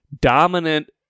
dominant